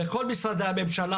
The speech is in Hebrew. בכל משרדי הממשלה,